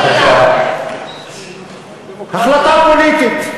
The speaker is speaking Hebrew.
החלטה פוליטית,